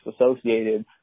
associated